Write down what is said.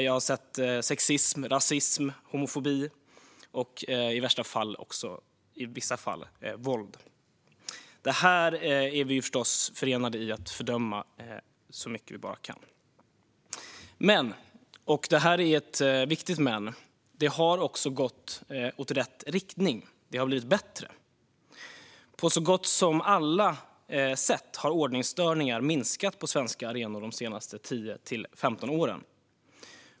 Jag har sett sexism, rasism, homofobi och i vissa fall våld. Det här är vi förstås förenade i att fördöma så mycket vi bara kan. Men, och det här är ett viktigt men, det har gått i rätt riktning; det har blivit bättre. På så gott som alla sätt har ordningsstörningar minskat på svenska arenor de senaste 10-15 åren.